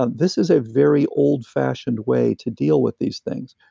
ah this is a very oldfashioned way to deal with these things.